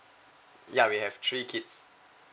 ya we have three kids